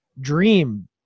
dream